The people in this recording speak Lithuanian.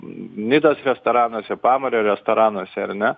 nidos restoranuose pamario restoranuose ar